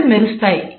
కళ్ళు మెరుస్తాయి